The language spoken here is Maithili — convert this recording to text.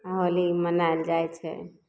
होली मनायल जाइ छै